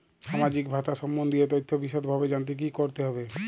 সামাজিক ভাতা সম্বন্ধীয় তথ্য বিষদভাবে জানতে কী করতে হবে?